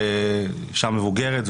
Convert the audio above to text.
אישה מבוגרת,